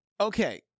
Okay